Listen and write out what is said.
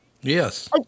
yes